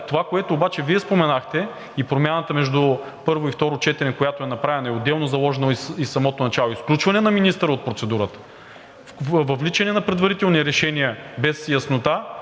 Това, което обаче Вие споменахте, и промяната между първо и второ четене, която е направена и отделно заложена в самото начало – изключване на министъра от процедурата, въвличане на предварителни решения без яснота,